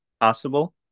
possible